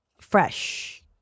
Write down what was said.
fresh